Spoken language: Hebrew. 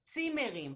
צימרים.